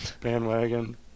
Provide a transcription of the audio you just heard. bandwagon